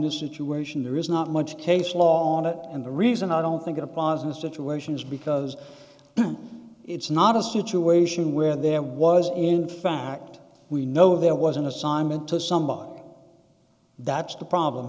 this situation there is not much case law on it and the reason i don't think it a pause in the situation is because it's not a situation where there was in fact we know there was an assignment to somebody that's the problem